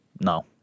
no